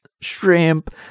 shrimp